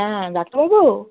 হ্যাঁ ডাক্তারবাবু